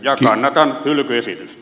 ja kylkeesi